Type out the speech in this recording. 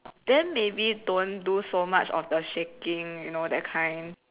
then maybe don't do so much of the shaking you know that kind